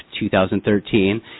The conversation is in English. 2013